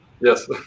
Yes